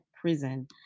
prison